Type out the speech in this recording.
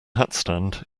hatstand